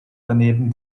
daneben